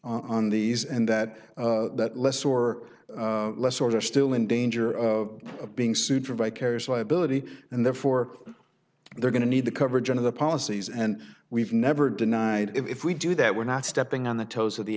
on these and that that less or less or they're still in danger of being sued for vicarious liability and therefore they're going to need the coverage of the policies and we've never denied if we do that we're not stepping on the toes of the